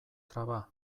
traba